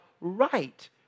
right